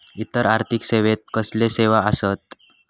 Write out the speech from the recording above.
इतर आर्थिक सेवेत कसले सेवा आसत?